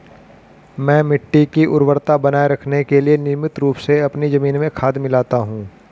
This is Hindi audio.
मैं मिट्टी की उर्वरता बनाए रखने के लिए नियमित रूप से अपनी जमीन में खाद मिलाता हूं